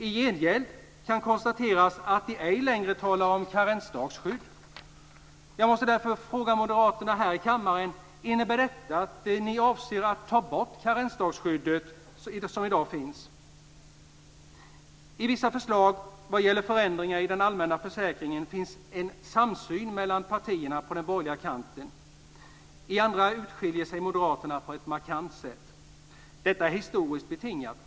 I gengäld kan konstateras att de ej längre talar om karensdagsskydd. Jag måste därför fråga Moderaterna här i kammaren: Innebär detta att ni avser att ta bort det karensdagsskydd som i dag finns? I vissa förslag vad gäller förändringar i den allmänna försäkringen finns det en samsyn mellan partierna på den borgerliga kanten. I andra förslag utskiljer sig Moderaterna på ett markant sätt. Detta är historiskt betingat.